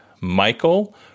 Michael